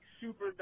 super